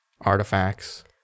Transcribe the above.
artifacts